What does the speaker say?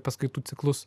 paskaitų ciklus